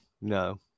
No